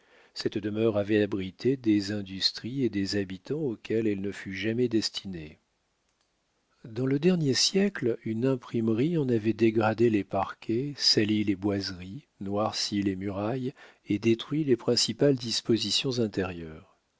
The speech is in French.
cette demeure avait abrité des industries et des habitants auxquels elle ne fut jamais destinée dans le dernier siècle une imprimerie en avait dégradé les parquets sali les boiseries noirci les murailles et détruit les principales dispositions intérieures